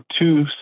two